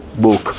book